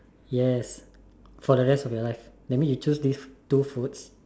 yes for the rest of your life that means when you choose this two foods